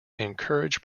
encourage